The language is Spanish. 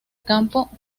campo